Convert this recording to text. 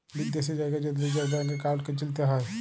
বিদ্যাশি জায়গার যদি লিজের ব্যাংক একাউল্টকে চিলতে হ্যয়